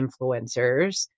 influencers